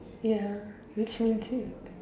ya which means